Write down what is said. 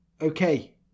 okay